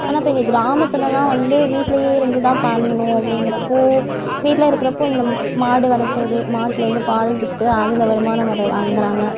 ஆனால் இப்போ எங்கள் கிராமத்துலெலாம் வந்து வீட்லேயே இருந்து தான் பண்ணனும் அப்படிங்கிறப்போ வீட்டில் இருக்கிறப்போ இந்த மாடு வளர்க்கறது மாட்லேருந்து பால் விற்று அதில் ஒரு வருமானம் வாங்குறாங்க